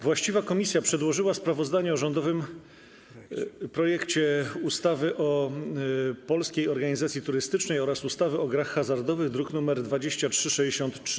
Właściwa komisja przedłożyła sprawozdanie o rządowym projekcie ustawy o Polskiej Organizacji Turystycznej oraz ustawy o grach hazardowych, druk nr 2363.